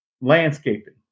landscaping